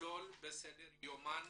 לכלול בסדר יומן